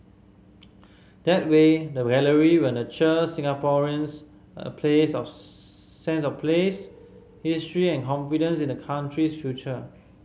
that way the gallery will nurture Singaporeans a place of sense of place history and confidence in the country's future